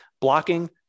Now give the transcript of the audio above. blocking